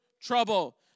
trouble